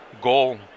goal